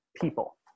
people